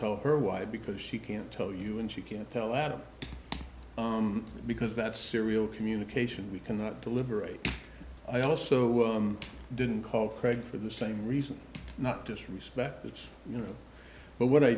tell her why because she can't tell you and she can't tell adam because that serial communication we cannot deliberate i also didn't call craig for the same reason not disrespect it's you know but what i